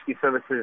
services